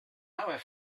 our